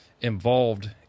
involved